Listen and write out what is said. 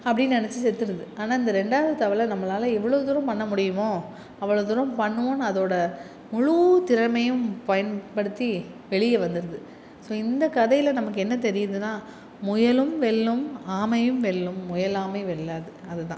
அப்படினு நினச்சி செத்துருது ஆனால் இந்த ரெண்டாவது தவளை நம்மளால் எவ்வளோ தூரம் பண்ண முடியுமோ அவ்வளோ தூரம் பண்ணுவோன்னு அதோட முழு திறமையும் பயன்படுத்தி வெளியே வந்துருது ஸோ இந்த கதையில நமக்கு என்ன தெரியுதுன்னா முயலும் வெல்லும் ஆமையும் வெல்லும் முயலாமை வெல்லாது அது தான்